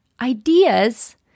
ideas